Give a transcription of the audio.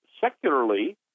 secularly